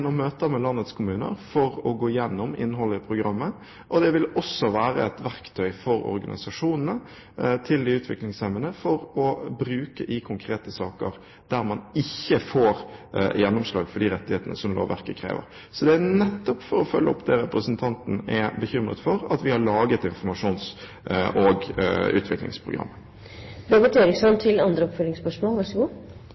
programmet. Det vil også være et verktøy for de utviklingshemmedes organisasjoner til bruk i konkrete saker der man ikke får gjennomslag for de rettighetene som lovverket krever. Så det er nettopp for å følge opp det representanten er bekymret for, at vi har laget informasjons- og